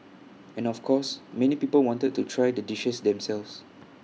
and of course many people wanted to try the dishes themselves